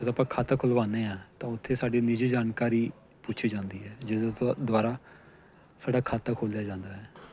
ਜਦੋਂ ਆਪਾਂ ਖਾਤਾ ਖੁੱਲ੍ਹਵਾਉਂਦੇ ਹਾਂ ਤਾਂ ਉੱਥੇ ਸਾਡੀ ਨਿੱਜੀ ਜਾਣਕਾਰੀ ਪੁੱਛੀ ਜਾਂਦੀ ਹੈ ਜਦੋਂ ਦੁ ਦੁਬਾਰਾ ਸਾਡਾ ਖਾਤਾ ਖੋਲ੍ਹਿਆ ਜਾਂਦਾ ਹੈ